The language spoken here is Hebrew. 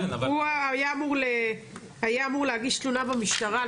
הוא היה אמור להגיש תלונה במשטרה,